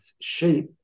shape